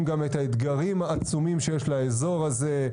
גם את האתגרים העצומים שיש לאזור הזה,